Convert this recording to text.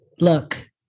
look